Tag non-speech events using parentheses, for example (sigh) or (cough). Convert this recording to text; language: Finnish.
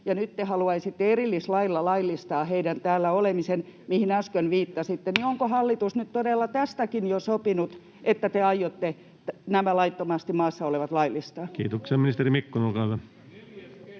ja nyt te haluaisitte erillislailla laillistaa heidän täällä olemisensa, mihin äsken viittasitte. (noise) Onko hallitus nyt todella tästäkin jo sopinut, että te aiotte nämä laittomasti maassa olevat laillistaa? [Jukka Gustafsson: Neljäs